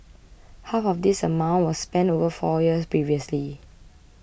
half of this amount was spent over four years previously